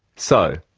so,